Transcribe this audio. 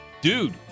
Dude